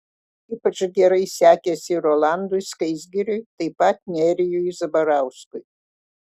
ypač gerai sekėsi rolandui skaisgiriui taip pat nerijui zabarauskui